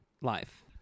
life